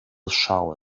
shovel